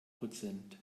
prozent